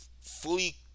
fully